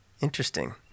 interesting